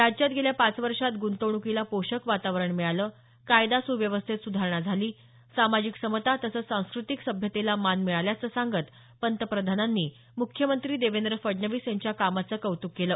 राज्यात गेल्या पाच वर्षात ग्रंतवणूकीला पोषक वातावरण मिळालं कायदा सुव्यवस्थेत सुधारणा झाली सामाजिक समता तसंच सांस्कृतिक सभ्यतेला मान मिळाल्याचं सांगत पंतप्रधानांनी मुख्यमंत्री देवेंद्र फडणवीस यांच्या कामाचं कौतुक केलं